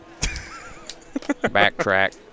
Backtrack